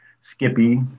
Skippy